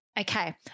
Okay